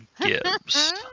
Gibbs